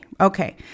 Okay